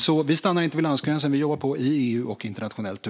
Vi stannar alltså inte vid landsgränsen, utan vi jobbar på i EU och internationellt.